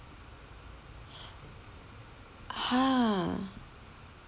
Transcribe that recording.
!huh!